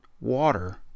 water